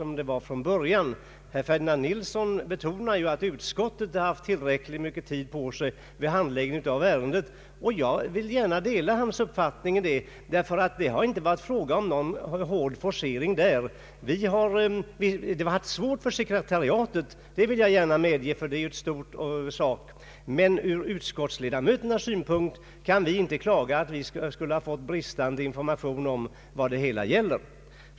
Herr Ferdinand Nilsson säger att utskottet har haft tillräckligt mycket tid på sig att handlägga ärendet, och jag vill gärna dela denna hans uppfattning, ty det har inte varit fråga om någon hård forcering där. Jag vill gärna medge att det har varit besvärligt för sekretariatet eftersom det är ett stort ärende, men utskottsledamöterna kan inte klaga över att informationen varit bristfällig.